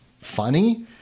funny